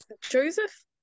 Joseph